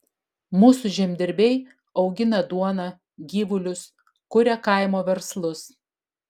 mūsų žemdirbiai augina duoną gyvulius kuria kaimo verslus